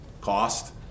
cost